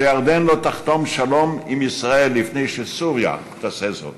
שירדן לא תחתום שלום עם ישראל לפני שסוריה תעשה זאת,